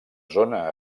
zona